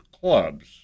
clubs